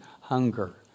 hunger